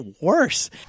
worse